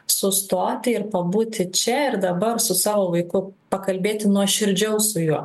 sustoti ir pabūti čia ir dabar su savo vaiku pakalbėti nuoširdžiau su juo